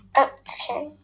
okay